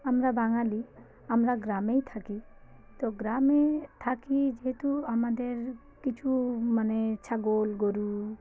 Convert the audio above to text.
আমরা বাঙালি আমরা গ্রামেই থাকি তো গ্রামে থাকি যেহেতু আমাদের কিছু মানে ছাগল গোরু